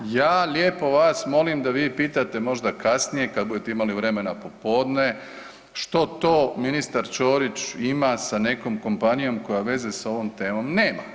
Ja lijepo vas molim da vi pitate možda kasnije kad budete imali vremena popodne što to ministar Ćorić ima sa nekom kompanijom koja veze s ovom temom nema.